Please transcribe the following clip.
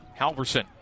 Halverson